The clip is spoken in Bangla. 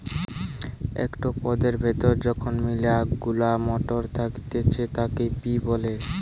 একটো পদের ভেতরে যখন মিলা গুলা মটর থাকতিছে তাকে পি বলে